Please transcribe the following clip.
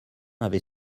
avait